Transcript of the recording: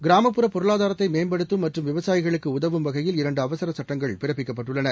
கிராமப்புற பொருளாதாரத்தை மேம்படுத்தும் மற்றும் விவசாயிகளுக்கு உதவும் வகையில் இரண்டு அவசரச் சட்டங்கள் பிறப்பிக்கப்பட்டுள்ளன